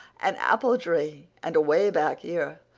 an apple tree and away back here!